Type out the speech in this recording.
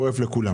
שכירות.